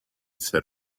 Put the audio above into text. set